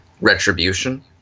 retribution